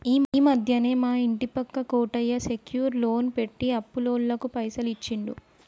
ఈ మధ్యనే మా ఇంటి పక్క కోటయ్య సెక్యూర్ లోన్ పెట్టి అప్పులోళ్లకు పైసలు ఇచ్చిండు